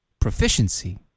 proficiency